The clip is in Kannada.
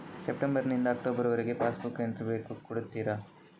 ಸೆಪ್ಟೆಂಬರ್ ನಿಂದ ಅಕ್ಟೋಬರ್ ವರಗೆ ಪಾಸ್ ಬುಕ್ ಎಂಟ್ರಿ ಬೇಕು ಕೊಡುತ್ತೀರಾ?